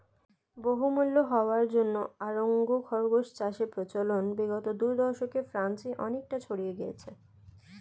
বহুমূল্য হওয়ার জন্য আঙ্গোরা খরগোশ চাষের প্রচলন বিগত দু দশকে ফ্রান্সে অনেকটা ছড়িয়ে গিয়েছে